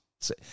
say